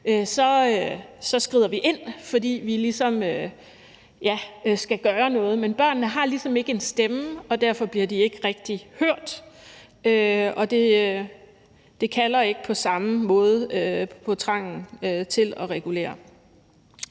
så skrider vi ind, fordi vi ligesom skal gøre noget. Men børnene har ligesom ikke en stemme, og derfor bliver de ikke rigtig hørt, og det kalder ikke på samme måde på trangen til at regulere.